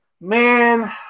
Man